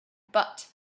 but